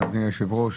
אדוני היושב-ראש,